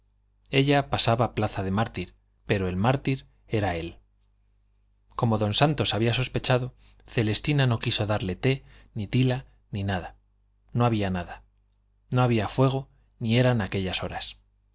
ella pasaba plaza de mártir pero el mártir era él como don santos había sospechado celestina no quiso darle té ni tila ni nada no había nada no había fuego ni eran aquellas horas